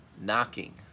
knocking